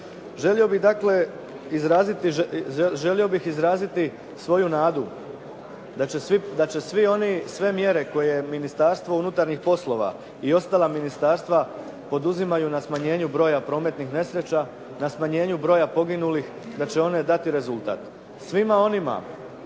Želio bih dakle izraziti svoju nadu da će svi oni, sve mjere koje Ministarstvo unutarnjih poslova i ostala ministarstva poduzimaju na smanjenju broja prometnih nesreća, na smanjenju broja poginulih da će one dati rezultat. Svima onima,